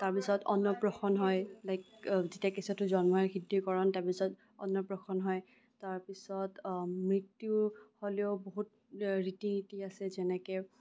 তাৰপিছত অন্নপ্ৰসন্ন হয় লাইক যেতিয়া কেঁচুৱাটো জন্ম হয় শুদ্ধিকৰণ তাৰপিছত অন্নপ্ৰসন্ন হয় তাৰপিছত মৃত্যু হ'লেও বহুত ৰীতি নীতি আছে যেনেকে